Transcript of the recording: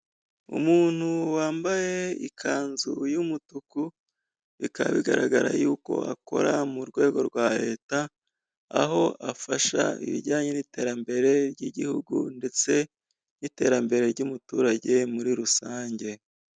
Umuntu wambaye ikanzu y'umutuku, bikaba bigaragara yuko akora mu rwego rwa leta, aho afasha ibijyanye n'iterambere ry'igihugu ndetse n'iterambere ry'umuturage muri rusange.